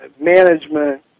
management